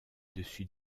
dessus